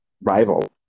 rival